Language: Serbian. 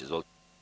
Izvolite.